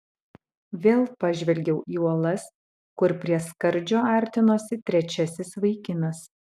vėl pažvelgiau į uolas kur prie skardžio artinosi trečiasis vaikinas